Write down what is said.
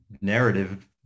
narrative